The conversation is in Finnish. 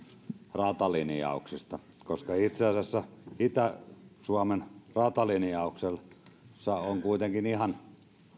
ratalinjauksesta koska itse asiassa itä suomen ratalinjauksessa on kuitenkin ihan